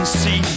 see